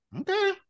Okay